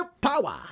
power